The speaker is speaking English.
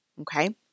Okay